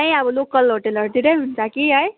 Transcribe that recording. त्यही अब लोकल होटेलहरूतिरै हुन्छ कि है